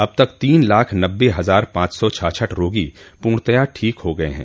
अब तक तीन लाख नब्बे हजार पांच सौ छाछठ रोगी पूर्णतया ठीक हो गये हैं